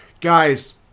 guys